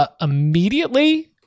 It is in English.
immediately